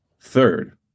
Third